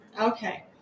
okay